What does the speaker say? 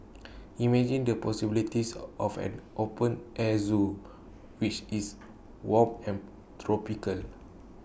imagine the possibilities of an open air Zoo which is warm and tropical